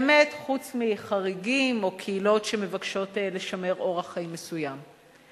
באמת חוץ מחריגים או קהילות שמבקשות לשמר אורח חיים מסוים.